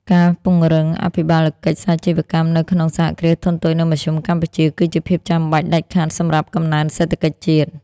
ការពង្រឹងអភិបាលកិច្ចសាជីវកម្មនៅក្នុង សហគ្រាសធុនតូច និងមធ្យម កម្ពុជា គឺជាភាពចាំបាច់ដាច់ខាតសម្រាប់កំណើនសេដ្ឋកិច្ចជាតិ។